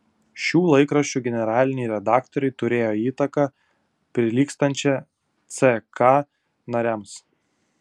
šių laikraščių generaliniai redaktoriai turėjo įtaką prilygstančią ck nariams